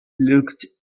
looked